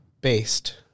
Based